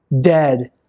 Dead